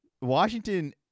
Washington